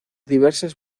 diversas